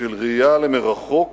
של ראייה למרחוק